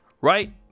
Right